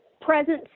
presence